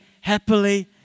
happily